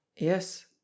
Yes